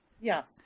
Yes